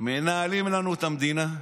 מנהלים לנו את המדינה?